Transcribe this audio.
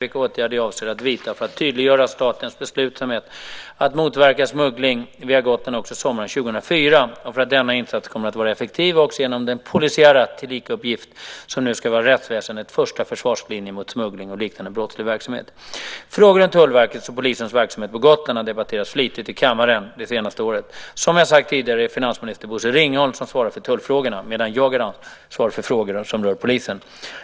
Fru talman! Gunnar Andrén har frågat mig vilka åtgärder jag avser att vidta för att tydliggöra statens beslutsamhet att motverka smuggling via Gotland också sommaren 2004 och för att denna insats kommer att vara effektiv också genom den polisiära "tillikauppgift" som nu ska vara rättsväsendets första försvarslinje mot smuggling och liknande brottslig verksamhet. Frågan om Tullverkets och polisens verksamhet på Gotland har debatterats flitigt i kammaren det senaste året. Som jag sagt tidigare är det finansminister Bosse Ringholm som svarar för tullfrågorna, medan jag är ansvarig för frågor som rör polisen.